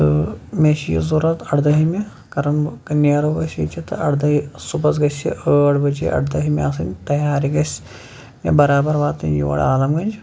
تہٕ مےٚ چھِ یہِ ضوٚرتھ اردٔہمہ کرن بہٕ نیرو أسۍ ییٚتہِ چہِ تہِ ارداہ صُبحَس گَژھِ یہِ ٲٹھۍ بجے اردٔہمہ آسٕن تیار یہِ گَژھِ برابر واتن یور عالم گَنٛج